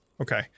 Okay